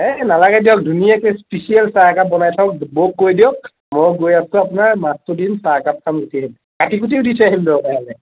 এই নালাগে দিয়ক ধুনীয়াকৈ স্পেচিয়েল চাহ একাপ বনাই থওক বৌক কৈ দিয়ক মই গৈ আছোঁ আপোনাৰ মাছটো দিম চাহ একাপ খাম গুচি আহিম কাটি কুটিও দি থৈ আহিম দৰকাৰ হ'লে